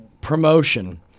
promotion